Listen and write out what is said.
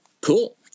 cool